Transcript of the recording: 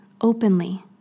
openly